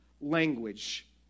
language